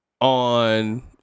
on